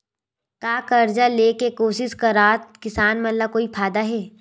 का कर्जा ले के कोशिश करात किसान मन ला कोई फायदा हे?